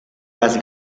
las